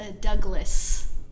Douglas